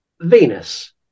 Venus